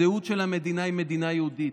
הזהות של המדינה היא מדינה יהודית.